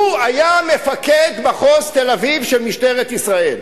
הוא היה מפקד מחוז תל-אביב של משטרת ישראל.